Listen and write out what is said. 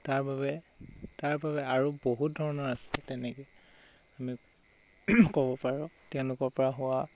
তাৰ বাবে তাৰ বাবে আৰু বহুত ধৰণৰ আছে তেনেকৈ আমি ক'ব পাৰোঁ তেওঁলোকৰ পৰা হোৱা